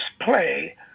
play